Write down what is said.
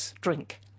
drink